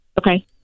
Okay